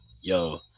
yo